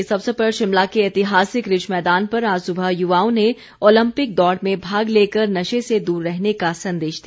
इस अवसर पर शिमला के ऐतिहासिक रिज मैदान पर आज सुबह युवाओं ने ओलंपिक दौड़ में भाग लेकर नशे से दूर रहने का संदेश दिया